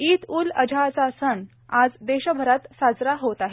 ईद उल उझाचा सण आज देशभरात साजरा होत आहे